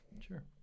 sure